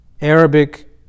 Arabic